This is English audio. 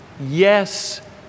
yes